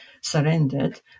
surrendered